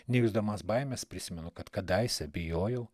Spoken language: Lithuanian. nejusdamas baimės prisimenu kad kadaise bijojau